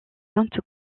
sainte